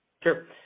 Sure